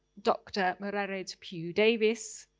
dr mererid puw davies.